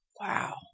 Wow